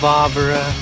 Barbara